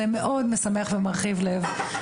זה מאוד משמח ומרחיב לב.